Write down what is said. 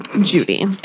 Judy